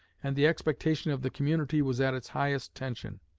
and the expectation of the community was at its highest tension.